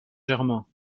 germain